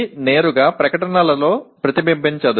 P நேரடியாக அறிக்கையில் பிரதிபலிக்கவில்லை